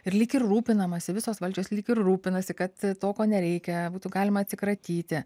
ir lyg ir rūpinamasi visos valdžios lyg ir rūpinasi kad to ko nereikia būtų galima atsikratyti